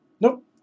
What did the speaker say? Nope